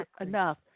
enough